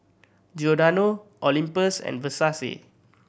Giordano Olympus and Versace